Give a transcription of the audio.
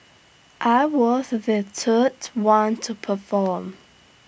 I was the third one to perform